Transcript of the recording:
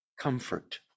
comfort